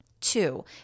Two